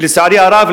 שלצערי הרב,